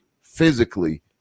physically